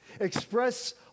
Express